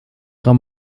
ihrer